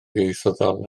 ieithyddol